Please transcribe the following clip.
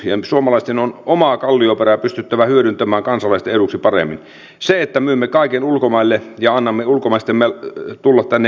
takuueläkelain tarkoituksena on turvata suomessa asuvan eläkkeensaajan toimeentulo maksamalla hänelle valtion varoista eläkettä jos hänen eläkkeensä eivät muutoin riitä kohtuulliseen toimeentuloon